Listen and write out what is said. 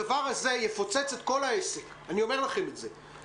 הדבר הזה יפוצץ את כל העסק, אני אומר לכם את זה.